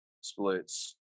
splits